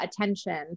attention